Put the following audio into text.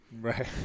Right